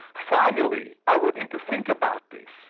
finally, i would need to think about this.